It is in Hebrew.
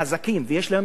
ויש להם הכשרונות,